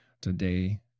Today